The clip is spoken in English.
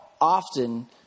often